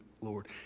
Lord